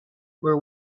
were